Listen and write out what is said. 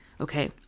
Okay